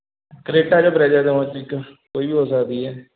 Creta ਜਾਂ Brezza ਦੋਹਾਂ 'ਚੋਂ ਇੱਕ ਕੋਈ ਵੀ ਹੋ ਸਕਦੀ ਹੈ